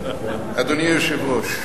אדוני היושב-ראש,